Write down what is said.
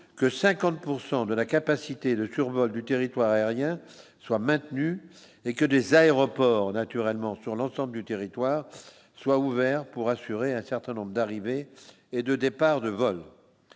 pourcent de la capacité de survol du territoire aérien soit maintenu et que des aéroports naturellement sur l'ensemble du territoire soit ouvert pour assurer un certain nombre d'arrivées et de départs de vol